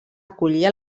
acollir